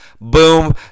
boom